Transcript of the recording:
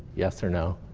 yes or no.